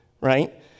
right